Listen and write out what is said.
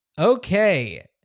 Okay